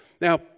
Now